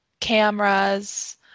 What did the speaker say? cameras